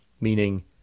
meaning